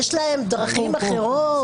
יש להם דרכים אחרות,